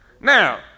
Now